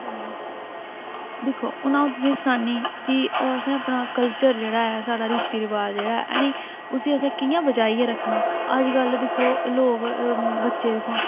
दिक्खो हून अ'ऊं तुसेंगी सनान्नी कि असें अपना कल्चर जेह्ड़ा ऐ साढ़ा रीति रवाज़ जेह्ड़ा ऐ नीं उसी असें कि'यां बचाइयै रक्खना अज्जकल दिक्खो लोग बच्चे दिक्खो हां